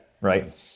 right